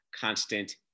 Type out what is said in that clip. constant